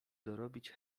dorobić